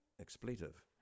expletive